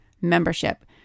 membership